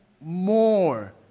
more